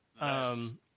Yes